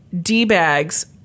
D-bags